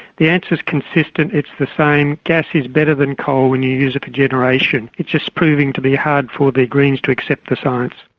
the answer's consistent, it's the same gas is better than coal when you use it for generation. it's just proving to be hard for the greens to accept the science.